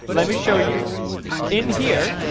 let me show you in here.